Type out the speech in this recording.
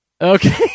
Okay